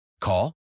Call